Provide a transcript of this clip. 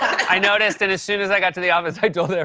i noticed. and as soon as i got to the office, i told and